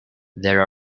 there